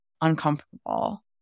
uncomfortable